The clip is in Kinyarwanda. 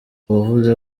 uwavuze